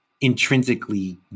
intrinsically